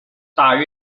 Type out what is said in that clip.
大约